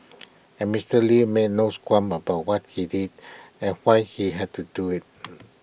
and Mister lee made no qualms about what he did and why he had to do IT